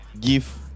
give